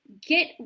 get